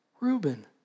Reuben